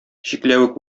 чикләвек